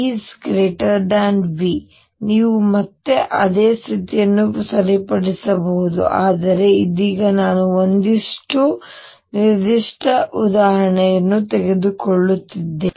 E V ನೀವು ಮತ್ತೆ ಅದೇ ಸ್ಥಿತಿಯನ್ನು ಸರಿಪಡಿಸಬಹುದು ಆದರೆ ಇದೀಗ ನಾನು ಒಂದು ನಿರ್ದಿಷ್ಟ ಉದಾಹರಣೆಯನ್ನು ತೆಗೆದುಕೊಳ್ಳುತ್ತಿದ್ದೇನೆ